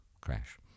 crash